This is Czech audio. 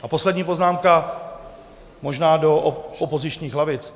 A poslední poznámka možná do opozičních lavic.